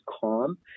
calm